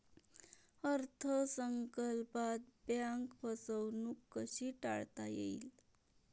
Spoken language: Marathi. अर्थ संकल्पात बँक फसवणूक कशी टाळता येईल?